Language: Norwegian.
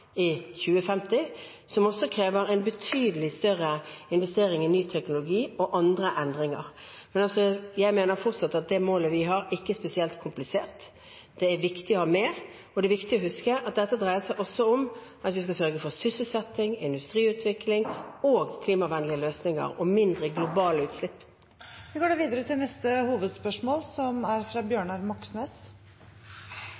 i 2050. Det krever en betydelig større investering i ny teknologi og andre endringer. Men jeg mener fortsatt at det målet vi har, ikke er spesielt komplisert. Det er viktig å ha med, og det er viktig å huske at dette dreier seg også om at vi skal sørge for sysselsetting, industriutvikling, klimavennlige løsninger og mindre globale utslipp. Vi går til neste hovedspørsmål.